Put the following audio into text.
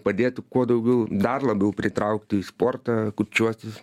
padėtų kuo daugiau dar labiau pritraukti į sportą kurčiuosius